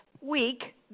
week